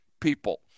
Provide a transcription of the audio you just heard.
people